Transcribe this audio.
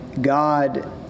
God